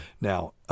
Now